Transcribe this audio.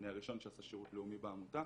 אני הראשון שעשה שירות לאומי בעמותה,